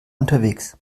unterwegs